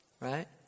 right